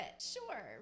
sure